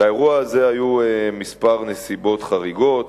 לאירוע הזה היו כמה נסיבות חריגות.